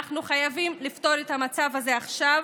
אנחנו חייבים לפתור את המצב הזה עכשיו,